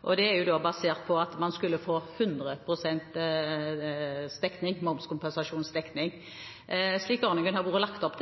Det er basert på at man skulle få 100 pst. momskompensasjon. Ordningen har lagt opp